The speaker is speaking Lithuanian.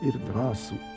ir drąsų